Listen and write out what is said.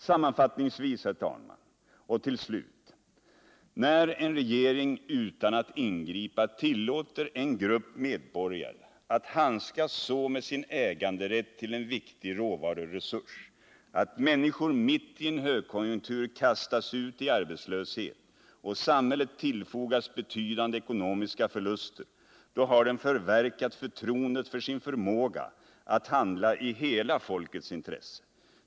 Sammanfattningsvis, herr talman, och till slut: När en regering utan att ingripa tillåter en grupp medborgare att handskas så med sin äganderätt till en viktig råvaruresurs, att människor mitt i en högkonjunktur kastas ut i arbetslöshet och samhället tillfogas betydande ekonomiska förluster, då har den förverkat förtroendet för sin förmåga att handla i hela folkets intresse.